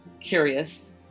curious